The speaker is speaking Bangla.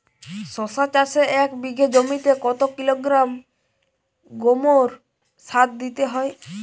শশা চাষে এক বিঘে জমিতে কত কিলোগ্রাম গোমোর সার দিতে হয়?